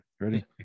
Ready